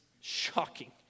shocking